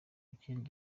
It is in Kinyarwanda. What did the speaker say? ikindi